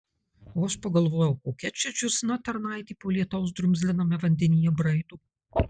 o aš pagalvojau kokia čia džiūsna tarnaitė po lietaus drumzliname vandenyje braido